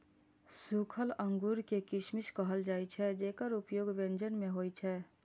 सूखल अंगूर कें किशमिश कहल जाइ छै, जेकर उपयोग व्यंजन मे होइ छै